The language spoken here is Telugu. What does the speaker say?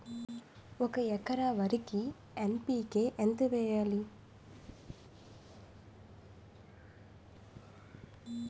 ఒక ఎకర వరికి ఎన్.పి.కే ఎంత వేయాలి?